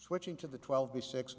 switching to the twelve the six